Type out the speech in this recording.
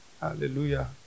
Hallelujah